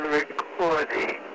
recording